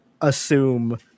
assume